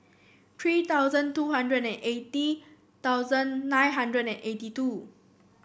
three thousand two hundred and eighty thousand nine hundred and eighty two